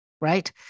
right